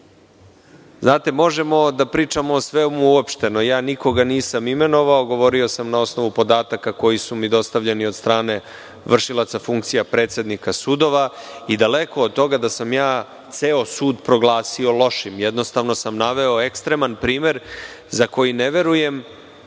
zakonopisca. Možemo pričamo o svemu uopšteno, ja nikoga nisam imenovao, govorio sam na osnovu podataka koji su mi dostavljeni od strane vršilaca funkcija predsednika sudova i daleko od toga da sam ja ceo sud proglasio lošim. Jednostavno sam naveo ekstreman primer za koji ne verujem